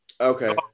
Okay